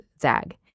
zag